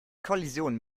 kollision